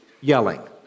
yelling